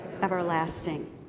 everlasting